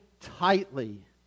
tightly